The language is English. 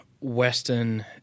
Western